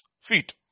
feet